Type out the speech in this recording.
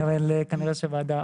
אבל כנראה שהוועדה.